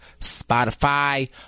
Spotify